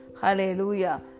Hallelujah